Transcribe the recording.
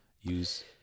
use